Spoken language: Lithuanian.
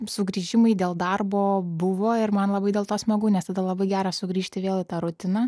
sugrįžimai dėl darbo buvo ir man labai dėl to smagu nes tada labai gera sugrįžti vėl į tą rutiną